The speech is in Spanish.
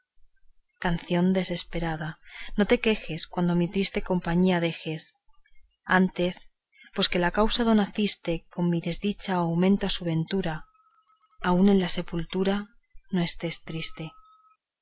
canción desesperada no te quejes cuando mi triste compañía dejes antes pues que la causa do naciste con mi desdicha augmenta su ventura aun en la sepultura no estés triste